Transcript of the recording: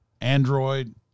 Android